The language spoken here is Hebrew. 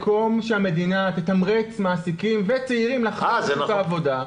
במקום שהמדינה תתמרץ מעסיקים וצעירים לחזור לשוק העבודה,